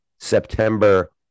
September